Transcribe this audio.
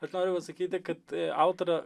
aš noriu pasakyti kad autorė